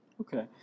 Okay